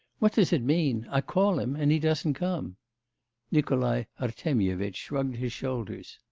what does it mean i call him, and he doesn't come nikolai artemyevitch shrugged his shoulders.